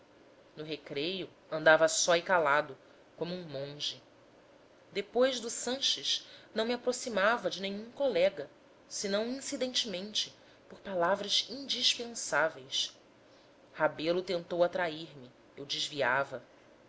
no recreio andava só e calado como um monge depois do sanches não me aproximava de nenhum colega senão incidentemente por palavras indispensáveis rebelo tentou atrair me eu desviava